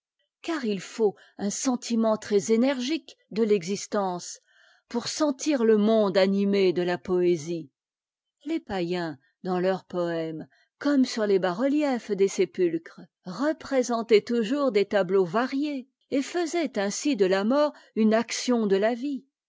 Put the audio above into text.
car il faut un sentiment trèsénergique de t'existence pour sentir le monde animé de ta poésie lés paiens dans teùrs ppëmes comme sur les bas-reliefs des sépulcres représentaient toujours'des tabteaux variés et faisaient ainsi de la mort une action de la vie